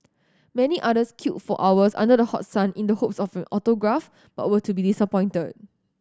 many others queued for hours under the hot sun in the hopes of an autograph but were to be disappointed